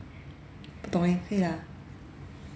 不懂哦可以啦